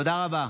תודה רבה.